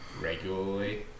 regularly